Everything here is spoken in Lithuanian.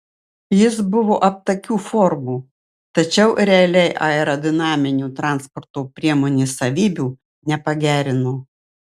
jis buvo aptakių formų tačiau realiai aerodinaminių transporto priemonės savybių nepagerino